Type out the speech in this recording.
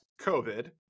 COVID